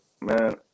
Man